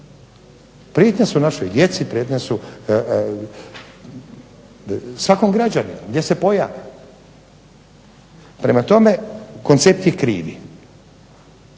prijetnja su našoj djeci, prijetnja su svakom građaninu gdje se pojave. Prema tome koncept je kriv,